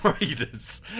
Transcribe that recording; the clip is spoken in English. Raiders